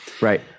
Right